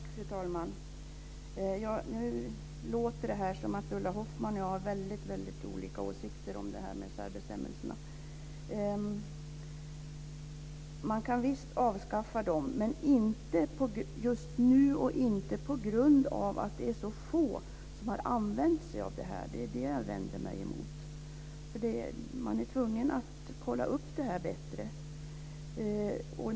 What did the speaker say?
Fru talman! Nu låter det som om Ulla Hoffmann och jag har väldigt olika åsikter om detta med särbestämmelserna. Man kan visst avskaffa dem, men inte just nu och inte på grund av att det är så få som har använt sig av dem. Det är det jag vänder mig emot. Man är tvungen att kolla upp det här bättre.